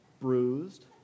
bruised